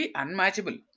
unmatchable